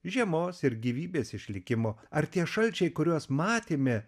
žiemos ir gyvybės išlikimo ar tie šalčiai kuriuos matėme